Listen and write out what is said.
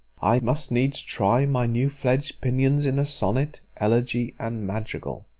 i must needs try my new-fledged pinions in sonnet, elogy, and madrigal.